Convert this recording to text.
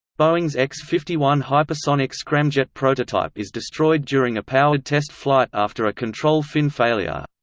boeing's x fifty one hypersonic scramjet prototype is destroyed during a powered test flight after a control fin failure.